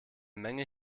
menge